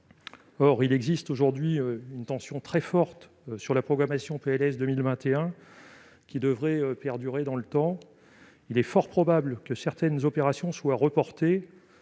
Or il existe aujourd'hui une tension très forte sur la programmation des PLS pour 2021, qui devrait perdurer dans le temps. Il est fort probable que certaines opérations soient reportées.